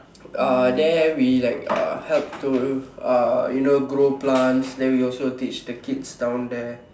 uh there we like uh help to uh you know grow plants then we also teach the kids down there